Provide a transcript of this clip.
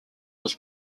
was